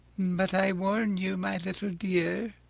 but i warn you, my little dear,